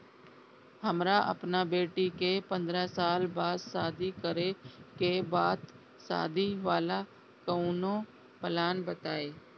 हमरा अपना बेटी के पंद्रह साल बाद शादी करे के बा त शादी वाला कऊनो प्लान बताई?